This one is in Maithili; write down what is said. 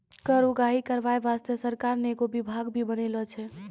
कर उगाही करबाय बासतें सरकार ने एगो बिभाग भी बनालो छै